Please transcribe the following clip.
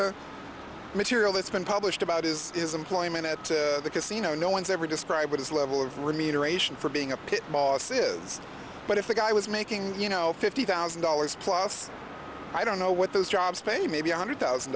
the material that's been published about is is employment at the casino no one's ever described his level of remuneration for being a pit boss is but if the guy was making you know fifty thousand dollars plus i don't know what those jobs pay maybe a hundred thousand